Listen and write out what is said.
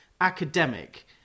academic